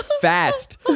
fast